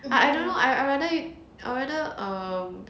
I don't know I I rather it I rather um